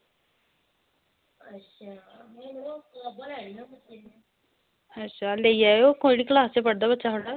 अच्छा लेई जाएओ केहड़ी क्लासे च पढ़दा बच्चा थुआढ़ा